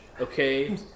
okay